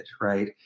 right